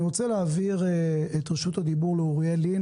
אני רוצה להעביר את רשות הדיבור לאוריאל לין,